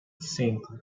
cinco